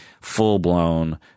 full-blown